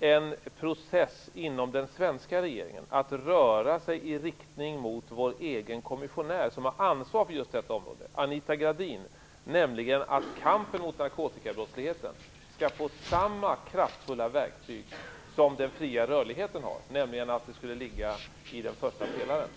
en process inom den svenska regeringen att röra sig i riktning mot vår egen kommissionär Anita Gradin, som har ansvar för just detta område? Skall kampen mot narkotikabrottsligheten få samma kraftfulla verktyg som den fria rörligheten? Skall den med andra ord ligga i den första pelaren?